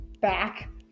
back